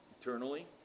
Eternally